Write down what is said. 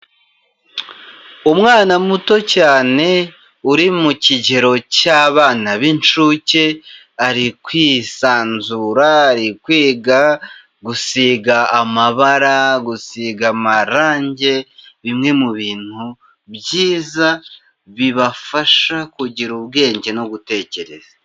Umwana muto cyane uri mu kigero cy'abana b'incuke: ari kwisanzura, arikwiga gusiga amabara, gusiga amarangi; bimwe mu bintu byiza bibafasha kugira ubwenge no gutekereza.